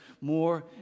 more